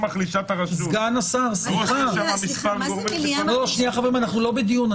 סגן השר, סליחה - אנחנו לא בדיון.